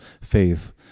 faith